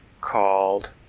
called